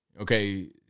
Okay